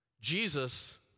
Jesus